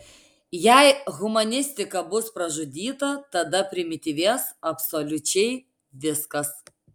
jei humanistika bus pražudyta tada primityvės absoliučiai viskas